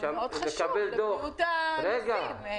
זה מאוד חשוב לבריאות הנוסעים.